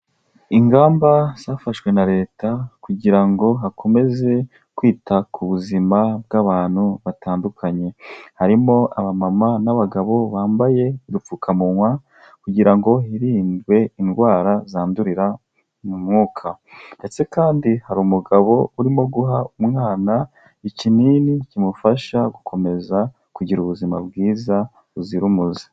Ingamba zafashwe na leta kugira ngo hakomeze kwita ku buzima bw'abantu batandukanye, harimo abamama n'abagabo bambaye udupfukamunwa kugira ngo hirindwe indwara zandurira mu mwuka. Ndetse kandi hari umugabo urimo guha umwana ikinini kimufasha gukomeza kugira ubuzima bwiza buzira umuze.